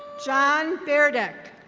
john fairdeck.